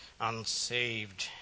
unsaved